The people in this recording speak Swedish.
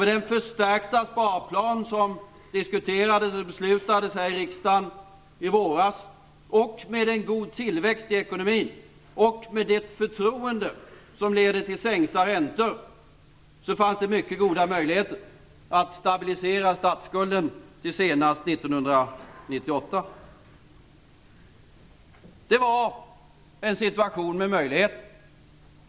Med den förstärkta sparplan som diskuterades och beslutades här i riksdagen i våras, med en god tillväxt i ekonomin och med det förtroende som leder till sänkta räntor fanns det mycket goda möjligheter att stabilisera statsskulden till senast 1998. Det var en situation med möjligheter.